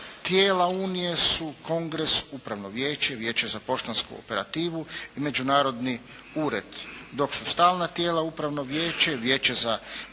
Tijela Unije su kongres, upravno vijeće, vijeće za poštansku operativu i međunarodni ured, dok su stalna tijela upravno vijeće, vijeće za